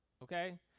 Okay